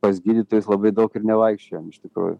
pas gydytojus labai daug ir nevaikščiojom iš tikrųjų